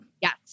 Yes